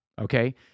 okay